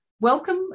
welcome